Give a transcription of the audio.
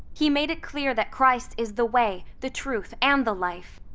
he made it clear that christ is the way, the truth, and the life.